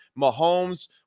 Mahomes